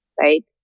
right